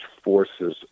forces